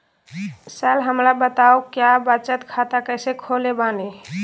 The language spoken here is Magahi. सर हमरा बताओ क्या बचत खाता कैसे खोले बानी?